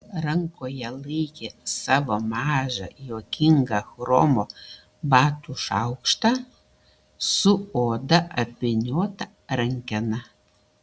rankoje laikė savo mažą juokingą chromo batų šaukštą su oda apvyniota rankena